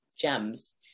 gems